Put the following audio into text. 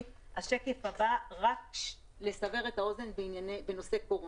השקף הבא הוא רק לסבר את האוזן בנושא קורונה.